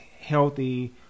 healthy